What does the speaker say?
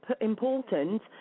important